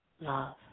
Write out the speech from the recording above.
love